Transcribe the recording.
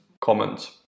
comments